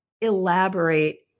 elaborate